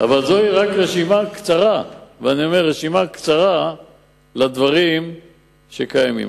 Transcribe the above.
רק רשימה קצרה של הדברים שקיימים.